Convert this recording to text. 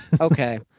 Okay